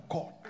God